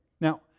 Now